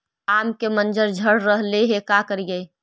आम के मंजर झड़ रहले हे का करियै?